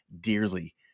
dearly